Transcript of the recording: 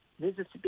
Mississippi